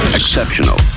exceptional